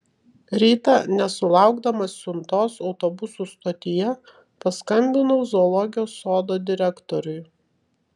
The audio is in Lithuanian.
rytą nesulaukdamas siuntos autobusų stotyje paskambinau zoologijos sodo direktoriui